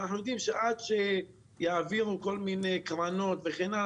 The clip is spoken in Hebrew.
ואנחנו יודעים שעד שיעבירו כל מיני קרנות וכן הלאה,